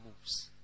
moves